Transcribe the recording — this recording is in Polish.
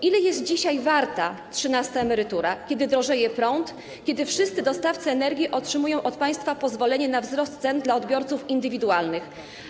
Ile jest dzisiaj warta trzynasta emerytura, kiedy drożeje prąd, kiedy wszyscy dostawcy energii otrzymują od państwa pozwolenie na wzrost cen dla odbiorców indywidualnych?